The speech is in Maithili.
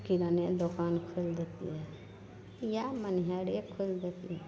किराने दोकान खोलि देतिए या मनिहारे खोलि देतिए